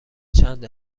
چند